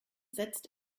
setzt